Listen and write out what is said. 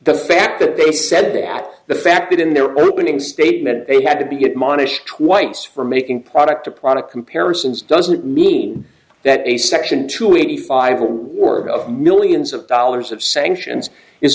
the fact that they said that the fact that in their opening statement they had to be admonished twice for making product to product comparisons doesn't mean that a section two eighty five a work of millions of dollars of sanctions is